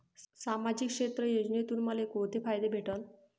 सामाजिक क्षेत्र योजनेतून मले कोंते फायदे भेटन?